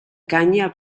canya